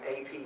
AP